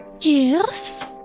yes